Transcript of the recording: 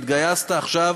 התגייסת עכשיו.